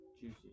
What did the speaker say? juicy